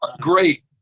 Great